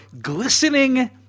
glistening